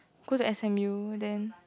go to s_m_u then